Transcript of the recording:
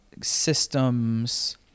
systems